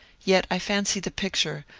yet i fancy the picture,